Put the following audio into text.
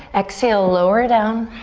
exhale, lower down.